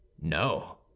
no